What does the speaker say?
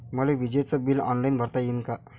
मले विजेच bill online भरता येईन का?